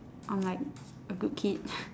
I'm like a good kid